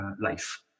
life